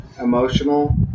emotional